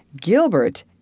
Gilbert